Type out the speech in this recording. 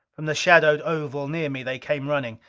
from the shadowed oval near me they came running.